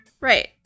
Right